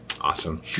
Awesome